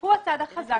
ואני בעד זה.